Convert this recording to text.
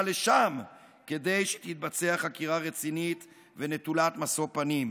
לשם כדי שתתבצע חקירה רצינית ונטולת משוא פנים.